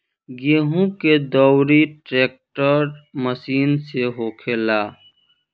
गेहूं के दउरी ट्रेक्टर मशीन से होखेला